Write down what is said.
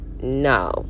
no